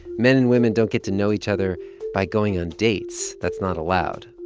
men and women don't get to know each other by going on dates. that's not allowed.